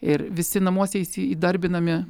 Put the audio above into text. ir visi namuose įsi įdarbinami